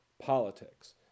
politics